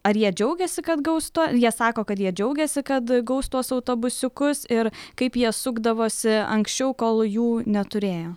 ar jie džiaugiasi kad gaus tuo jie sako kad jie džiaugiasi kad gaus tuos autobusiukus ir kaip jie sukdavosi anksčiau kol jų neturėjo